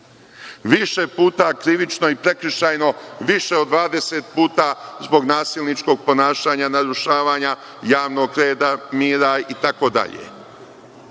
više puta krivično i prekršajno, više od 20 puta zbog nasilničnog ponašanja, narušavanja javnog reda, mira itd.